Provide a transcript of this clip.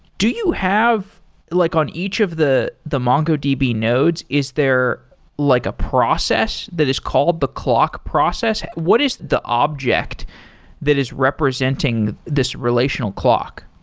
do you have like on each of the the mongodb nodes, is there like a process that is called the clock process? what is the object that is representing this relational clock?